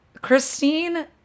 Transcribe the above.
Christine